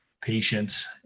patients